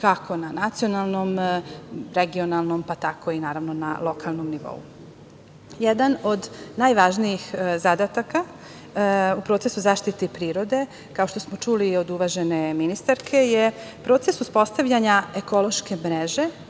kako na nacionalnom, regionalnom, pa tako i naravno na lokalnom nivou. Jedan od najvažnijih zadataka u procesu zaštite prirode, kao što smo čuli i od uvažene ministarke, je proces uspostavljanja ekološke mreže,